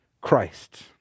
Christ